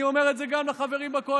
אני אומר את זה גם לחברים בקואליציה,